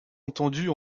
entendue